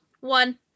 One